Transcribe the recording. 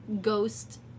ghost